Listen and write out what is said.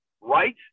right